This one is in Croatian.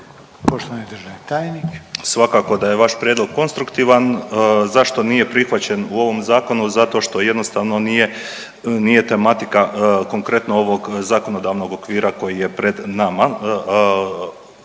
Mario (HDZ)** Svakako da je vaš prijedlog konstruktivan. Zašto nije prihvaćen u ovom Zakonu? Zato što jednostavno nije, nije tematika konkretno ovog zakonodavnog okvira koji je pred nama,